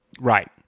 Right